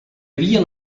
havia